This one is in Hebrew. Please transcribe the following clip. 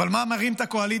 אבל מה מרים את הקואליציה?